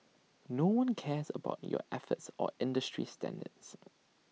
no one cares about your efforts or industry standards